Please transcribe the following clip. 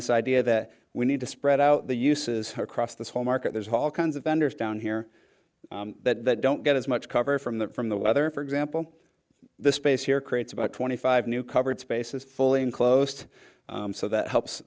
this idea that we need to spread out the uses her across the whole market there's all kinds of vendors down here that don't get as much cover from that from the weather for example this space here creates about twenty five new covered spaces fully enclosed so that helps